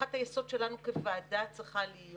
הנחת היסוד שלנו כוועדה צריכה להיות: